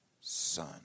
son